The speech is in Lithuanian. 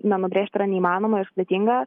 na nubrėžti yra neįmanoma ir sudėtinga